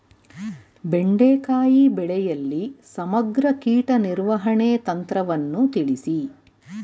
ಬೆಂಡೆಕಾಯಿ ಬೆಳೆಯಲ್ಲಿ ಸಮಗ್ರ ಕೀಟ ನಿರ್ವಹಣೆ ತಂತ್ರವನ್ನು ತಿಳಿಸಿ?